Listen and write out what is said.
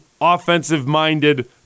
offensive-minded